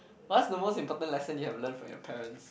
what's the most important lesson you have learn from your parents